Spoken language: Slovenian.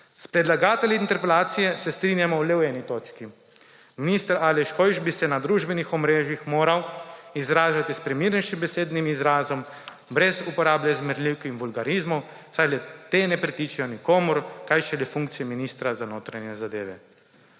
S predlagatelji interpelacije se strinjamo le v eni točki. Minister Aleš Hojs bi se na družbenih omrežjih moral izražati s primernejšim besednim izrazom, brez uporabe zmerljivk in vulgarizmov, saj le-ti ne pritičejo nikomur, kaj šele funkciji ministra za notranje zadeve.